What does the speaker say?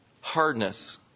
hardness